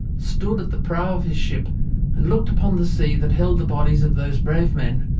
stood at the prow of his ship and looked upon the sea that held the bodies of those brave men,